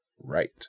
right